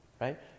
Right